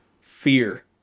Fear